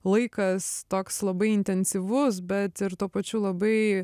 laikas toks labai intensyvus bet tuo pačiu labai